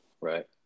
right